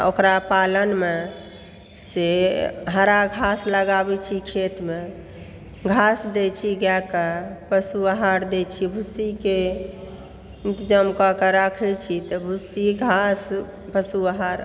ओकरा पालनमे से हरा घास लगाबै छी खेतमे घास दै छी गायके पशु आहार दै छी भूस्सीके इन्तजामक के राखै छी तऽ भूस्सी घास पशु आहार